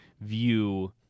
view